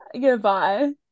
Goodbye